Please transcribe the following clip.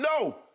No